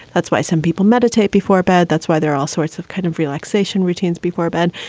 that's why some people meditate before bed. that's why there are all sorts of kind of relaxation routines before bed.